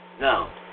Now